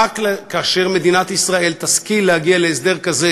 רק כאשר מדינת ישראל תשכיל להגיע להסדר כזה